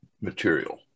material